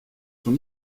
son